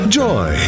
joy